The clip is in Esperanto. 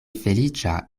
feliĉa